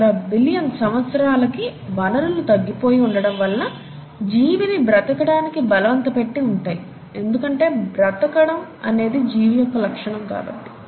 5 billion సంవత్సరాలకి వనరులు తగ్గిపోయి ఉండడం వలన జీవిని బ్రతకటానికి బలవంతపెట్టి ఉంటాయిఎందుకంటే బ్రతకం అనేది జీవి యొక్క లక్షణం కాబట్టి